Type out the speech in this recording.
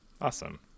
Awesome